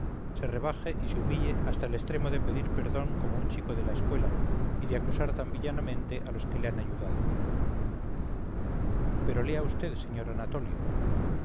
se rebaje y se humille hasta el extremo de pedir perdón como un chico de la escuela y de acusar tan villanamente a los que le han ayudado pero lea usted sr d anatolio